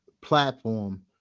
platform